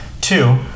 Two